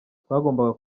twagombaga